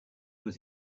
was